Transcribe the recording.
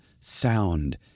sound